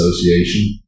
association